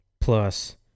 plus